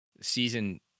Season